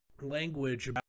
Language